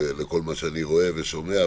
לכל מה שאני רואה ושומע.